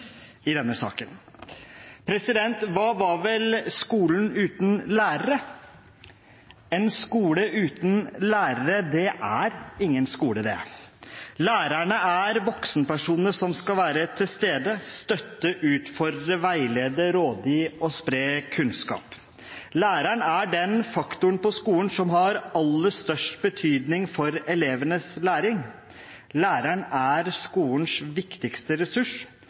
i denne saken. Hva var vel skolen uten lærere? En skole uten lærere er ingen skole. Lærerne er voksenpersonene som skal være til stede, støtte, utfordre, veilede, gi råd og spre kunnskap. Læreren er den faktoren på skolen som har aller størst betydning for elevenes læring. Læreren er skolens viktigste ressurs